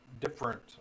different